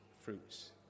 fruits